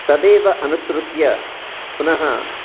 तदेव अनुसृत्य पुनः